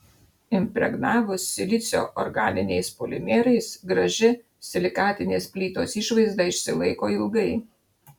impregnavus silicio organiniais polimerais graži silikatinės plytos išvaizda išsilaiko ilgai